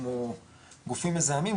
כמו גופים מזהמים,